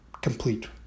complete